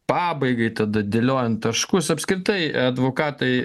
pabaigai tada dėliojant taškus apskritai advokatai